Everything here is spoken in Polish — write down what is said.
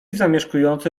zamieszkujący